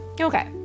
Okay